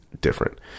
different